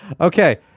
Okay